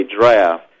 draft